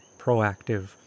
proactive